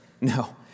No